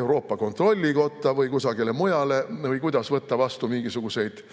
Euroopa Kontrollikotta või kusagile mujale või kuidas võtta vastu mingisuguseid